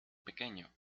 pequeño